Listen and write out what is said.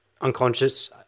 unconscious